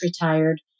retired